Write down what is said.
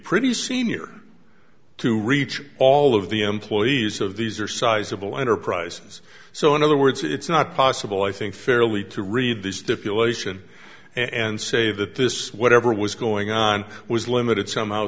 pretty senior to reach all of the employees of these or sizable enterprises so in other words it's not possible i think fairly to read this deflation and say that this whatever was going on was limited somehow